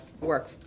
work